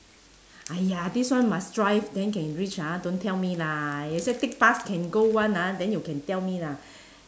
!aiya! this one must drive then can reach ah don't tell me lah you say take bus can go [one] ah then you can tell me lah